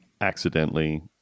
Accidentally